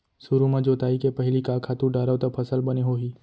सुरु म जोताई के पहिली का खातू डारव त फसल बने होही?